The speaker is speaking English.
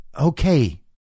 okay